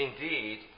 Indeed